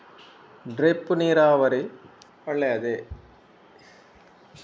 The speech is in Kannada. ಡ್ರಿಪ್ ನೀರಾವರಿ ಒಳ್ಳೆಯದೇ?